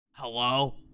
Hello